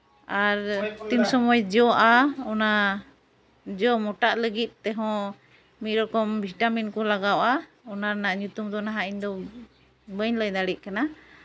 ᱟᱨ ᱛᱤᱱ ᱥᱚᱢᱚᱭ ᱡᱚᱜᱼᱟ ᱚᱱᱟ ᱡᱚ ᱢᱳᱴᱟᱜ ᱞᱟᱹᱜᱤᱫ ᱛᱮᱦᱚᱸ ᱢᱤᱫ ᱨᱚᱠᱚᱢ ᱵᱷᱤᱴᱟᱢᱤᱱ ᱠᱚ ᱞᱟᱜᱟᱣᱟ ᱚᱱᱟ ᱨᱮᱱᱟᱜ ᱧᱩᱛᱩᱢ ᱫᱚ ᱱᱟᱦᱟᱸᱜ ᱤᱧᱫᱚ ᱵᱟᱹᱧ ᱞᱟᱹᱭ ᱫᱟᱲᱮᱜ ᱠᱟᱱᱟ